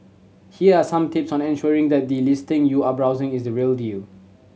here are some tips on ensuring that the listing you are browsing is the real deal